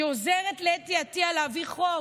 שעוזרת לאתי עטייה להעביר חוק